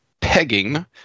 pegging